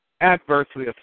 adversely